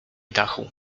dachu